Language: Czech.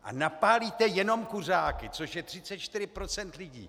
A napálíte jenom kuřáky, což je 34 procent lidí.